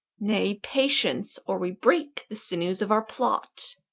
nay, patience, or we break the sinews of our plot.